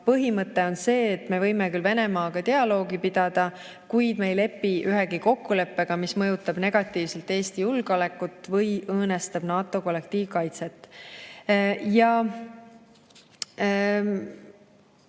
põhimõte on see, et me võime küll Venemaaga dialoogi pidada, kuid me ei lepi ühegi kokkuleppega, mis mõjutab negatiivselt Eesti julgeolekut või õõnestab NATO kollektiivkaitset. Nii